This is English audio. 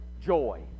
joy